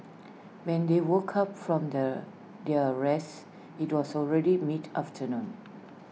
when they woke up from their their rest IT was also already mid afternoon